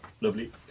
Lovely